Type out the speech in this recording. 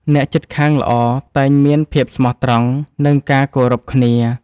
អ្នកជិតខាងល្អតែងមានភាពស្មោះត្រង់ និងការគោរពគ្នា។